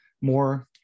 more